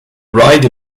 rider